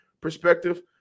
perspective